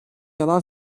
yalan